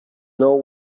know